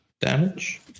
damage